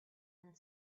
and